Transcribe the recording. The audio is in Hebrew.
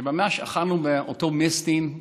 וממש אכלנו מאותו מסטינג,